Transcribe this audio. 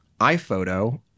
iPhoto